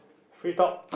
free talk